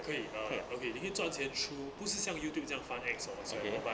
可以 uh okay 你赚钱 through 不是像 YouTube 这样 fund X or 所以 whatever but